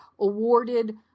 awarded